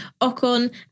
Ocon